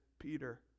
Peter